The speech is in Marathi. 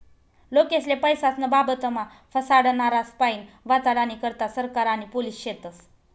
लोकेस्ले पैसास्नं बाबतमा फसाडनारास्पाईन वाचाडानी करता सरकार आणि पोलिस शेतस